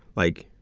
like,